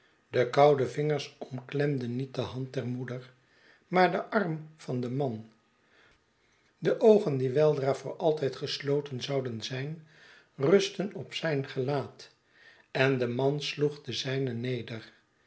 de koude vingers omklemden niet de hand der moeder maar den arm van den man de oogen die weldra voor altijd zouden gesloten zijn rustten op zijn gelaat en de man sloeg de zijne neder